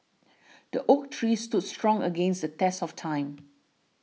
the oak tree stood strong against the test of time